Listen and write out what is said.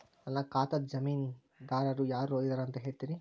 ನನ್ನ ಖಾತಾದ್ದ ಜಾಮೇನದಾರು ಯಾರ ಇದಾರಂತ್ ಹೇಳ್ತೇರಿ?